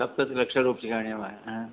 सप्ततिलक्षरूप्यकाणि वा